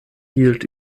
hielt